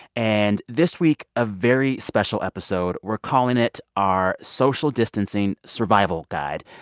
and this week, a very special episode. we're calling it our social distancing survival guide,